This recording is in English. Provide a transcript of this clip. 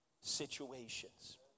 situations